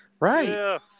Right